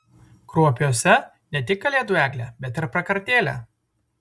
kruopiuose ne tik kalėdų eglė bet ir prakartėlė